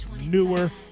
newer